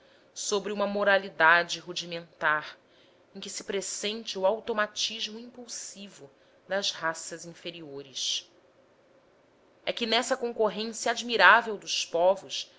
sobre uma moralidade rudimentar em que se pressente o automatismo impulsivo das raças inferiores é que nessa concorrência admirável dos povos